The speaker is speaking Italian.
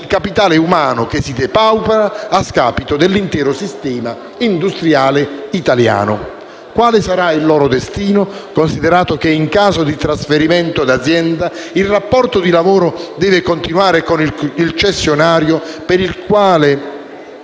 di capitale umano che si depaupera a scapito dell'intero sistema industriale italiano. Quale sarà il destino di quei dipendenti? Considerato che in caso di trasferimento d'azienda il rapporto di lavoro deve continuare con il cessionario, per quale